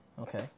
Okay